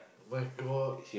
my-God